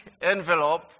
envelope